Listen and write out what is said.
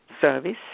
service